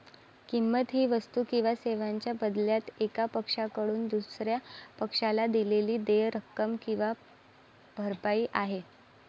किंमत ही वस्तू किंवा सेवांच्या बदल्यात एका पक्षाकडून दुसर्या पक्षाला दिलेली देय रक्कम किंवा भरपाई आहे